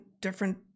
different